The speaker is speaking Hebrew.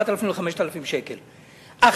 דוח ועדת-לאור קובע שילד שזכאי לפנימייה,